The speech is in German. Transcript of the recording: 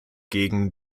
gegen